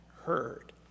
heard